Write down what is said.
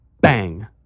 bang